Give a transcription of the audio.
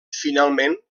finalment